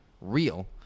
Real